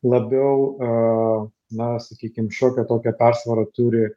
labiau na sakykim šiokią tokią persvarą turi